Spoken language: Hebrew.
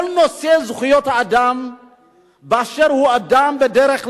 כל נושא זכויות האדם באשר הוא אדם בדרך כלל,